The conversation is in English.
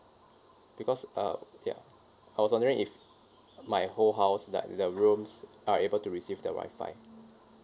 because uh ya I was wondering if my whole house like the rooms are able to receive the wi-fi